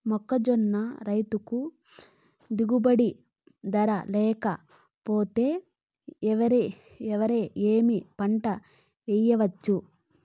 మొక్కజొన్న రైతుకు గిట్టుబాటు ధర లేక పోతే, వేరే ఏమి పంట వెయ్యొచ్చు?